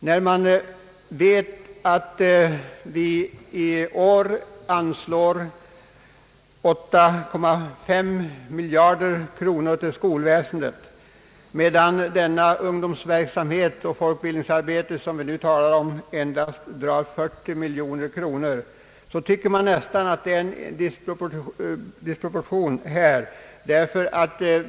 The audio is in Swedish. När man vet att vi i år anslår 8,5 miljarder kronor till skolväsendet, medan ungdomsverksamheten och folkbildningsarbetet, som vi nu talar om, endast får 40 miljoner kronor, tycker man nästan att det är en disproportion.